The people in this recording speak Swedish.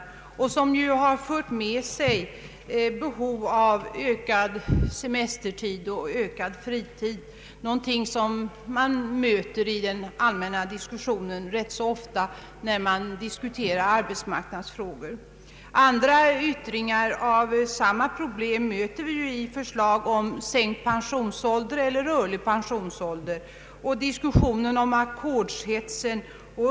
Denna arbetstakt har fört med sig behovet av en ökad semestertid och ökad fritid, något som vi möter i den allmänna diskussionen om arbetsmarknadsfrågor. Andra yttringar av samma problem möter vi i förslag om rörlig och sänkt pensionsålder och i diskussionen om ackordshetsen.